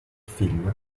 film